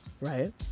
Right